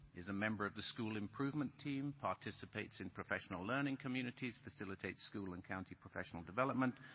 is a member of the school improvement team, participates in professional learning communities, facilitates school and county professional development,